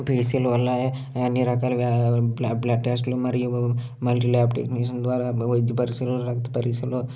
పియస్సిలు వల్ల అన్ని రకాల వ్యా బ్ల బ్లడ్ టెస్ట్లు మరియు మల్టీ ల్యాబ్ టెక్నీషన్ ద్వారా వైద్య పరీక్షలు రక్త పరీక్షలు